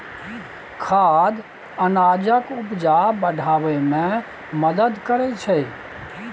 खाद अनाजक उपजा बढ़ाबै मे मदद करय छै